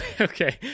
okay